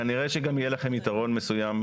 כנראה שגם יהיה לכם יתרון מסוים,